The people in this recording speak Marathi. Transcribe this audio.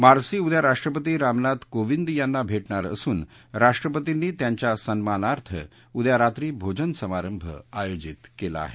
मार्सी उद्या राष्ट्रपती रामनाथ कोविंद यांना भेटणार असून राष्ट्रपतींनी त्यांच्या सन्मानार्थ उद्या रात्री भोजन समारंभ आयोजित केला आहे